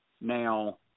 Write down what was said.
Now